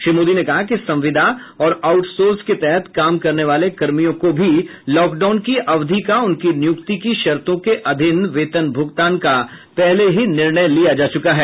श्री मोदी ने कहा कि संविदा और आउटसोर्स के तहत काम करने वाले कर्मियों को भी लॉकडाउन की अवधि का उनकी नियुक्ति की शर्तों के अधिन वेतन भूगतान का पहले ही निर्णय लिया जा चुका है